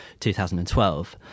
2012